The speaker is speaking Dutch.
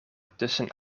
tussen